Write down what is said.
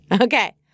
okay